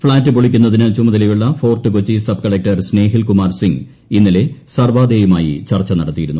flat പൊളിക്കുന്നതിന് ചുമതലയുള്ള Fort Kochi sub collector Snehil Kumar Singh ഇന്നലെ സർവാതേയുമായി ചർച്ച നടത്തിയിരുന്നു